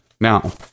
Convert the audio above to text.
Now